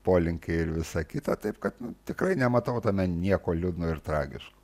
polinkiai ir visa kita taip kad tikrai nematau tame nieko liūdno ir tragiško